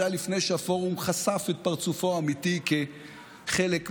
זה היה לפני שהפורום חשף את פרצופו האמיתי כחלק מהשופרות.